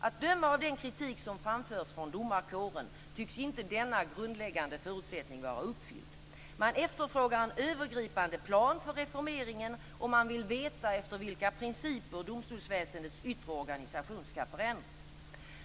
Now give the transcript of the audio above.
Att döma av den kritik som framförts från domarkåren tycks inte denna grundläggande förutsättning vara uppfylld. Man efterfrågar en övergripande plan för reformeringen, och man vill veta efter vilka principer domstolsväsendets yttre organisation ska förändras.